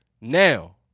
Now